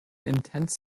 intense